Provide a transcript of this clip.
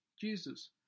Jesus